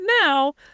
now